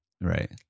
Right